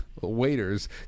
waiters